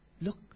Look